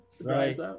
right